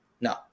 No